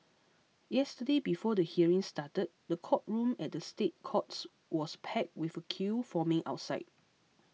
yesterday before the hearing started the courtroom at the State Courts was packed with a queue forming outside